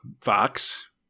Fox